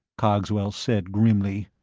cogswell said grimly.